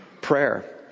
prayer